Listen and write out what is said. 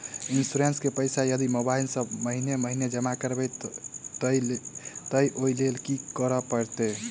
Insurance केँ पैसा यदि मोबाइल सँ महीने महीने जमा करबैई तऽ ओई लैल की करऽ परतै?